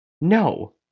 No